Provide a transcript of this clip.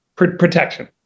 Protection